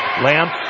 Lamb